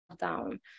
down